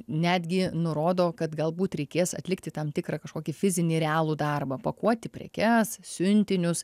netgi nurodo kad galbūt reikės atlikti tam tikrą kažkokį fizinį realų darbą pakuoti prekes siuntinius